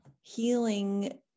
healing